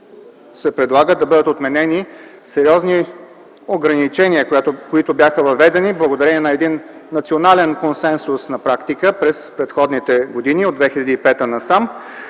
се предлага да бъдат отменени сериозни ограничения, които бяха въведени благодарение на национален консенсус на практика през предходните години – от 2005 насам,